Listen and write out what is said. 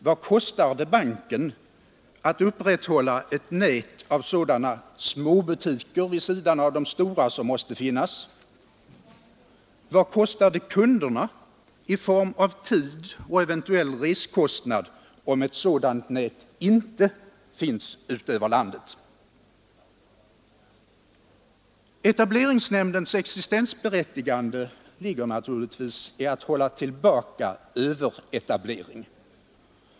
Vad kostar det banken att upprätthålla ett nät av småbutiker vid sidan av de stora som måste finnas? Vad kostar det kunderna i form av tid och eventuell reskostnad, om ett sådant nät inte finns över landet? Etableringsnämndens existensberättigande ligger naturligtvis i att hålla tillbaka överetablering.